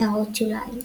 הערות שוליים ==